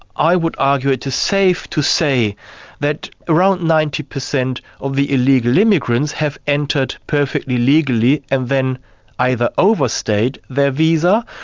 i would argue it is safe to say that around ninety percent of the illegal immigrants have entered perfectly legally and then either overstayed their visa,